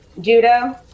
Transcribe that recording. judo